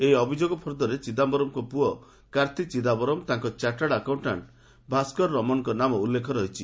ଏହି ଅଭିଯୋଗ ଫର୍ଦ୍ଦରେ ଚିଦାୟରମ୍ଙ୍କ ପୁଅ କାର୍ତ୍ତୀ ଚିଦାୟରମ୍ ତାଙ୍କ ଚାଟାର୍ଡ ଆକାଉଣ୍ଟାଣ୍ଟ୍ ଭାସ୍କରରମଣଙ୍କ ନାମ ଉଲ୍ଲେଖ ରହିଛି